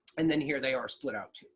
and then here they are split out too.